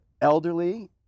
elderly